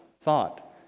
thought